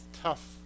tough